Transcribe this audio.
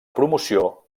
promoció